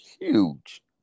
huge